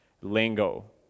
lingo